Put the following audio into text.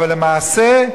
אבל למעשה,